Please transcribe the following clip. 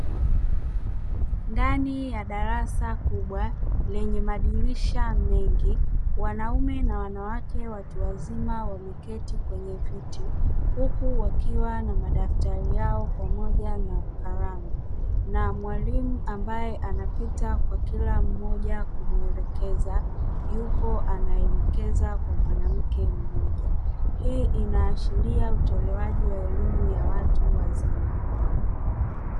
Ndani ya darasa kubwa lenye madirisha mengi wanaume na wanawake watu wazima wameketi kwenye viti, huku wakiwa na madaftari yao pamoja na kalamu, na mwalimu ambaye anapita kwa kila mmoja kumwelekeza yupo anaelekeza kwa mwanamke mmoja, hii inaashiria utolewaji wa elimu ya watu wazima.